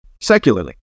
secularly